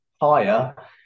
higher